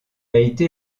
été